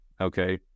okay